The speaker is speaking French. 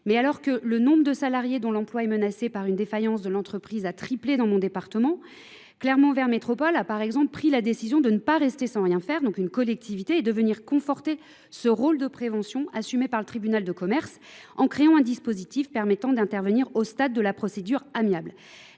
Mais alors que le nombre de salariés dont l'emploi est menacé par une défaillance de l'entreprise a triplé dans mon département, Clairement vers Métropole a par exemple pris la décision de ne pas rester sans rien faire, donc une collectivité, et de venir conforter ce rôle de prévention assumé par le tribunal de commerce en créant un dispositif permettant d'intervenir au stade de la procédure amiable.